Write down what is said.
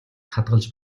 хадгалж